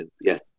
Yes